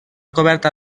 coberta